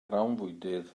grawnfwydydd